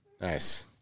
Nice